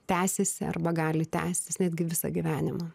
tęsiasi arba gali tęstis netgi visą gyvenimą